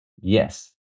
Yes